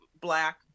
black